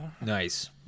Nice